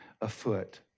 afoot